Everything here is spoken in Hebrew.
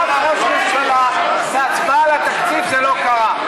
אף ראש ממשלה, בהצבעה על התקציב, זה לא קרה.